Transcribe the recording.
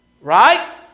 Right